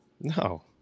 No